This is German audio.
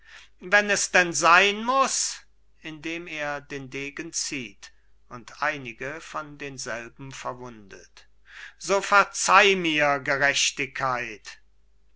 wenn es denn sein muß indem er den degen zieht und einige von denselben verwundet so verzeih mir gerechtigkeit